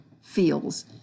feels